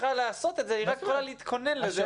צריכה לעשות את זה אלא רק להתכונן לזה.